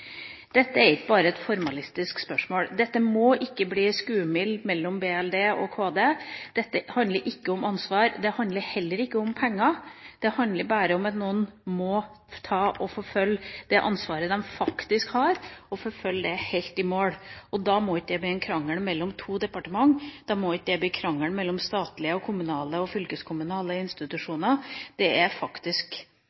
Dette er ikke bare et formalistisk spørsmål, dette må ikke bli «skuvmil» mellom Barne- , likestillings- og inkluderingsdepartementet og Kunnskapsdepartementet. Dette handler ikke om ansvar, heller ikke om penger – det handler bare om at noen må følge opp det ansvaret de faktisk har, og følge det helt i mål. Da må det ikke bli en krangel mellom to departementer, da må det ikke bli en krangel mellom statlige, kommunale og fylkeskommunale